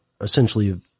Essentially